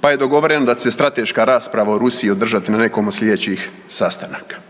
pa je dogovoreno da će se strateška rasprava u Rusiji održati na nekom od slijedećih sastanaka.